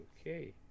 Okay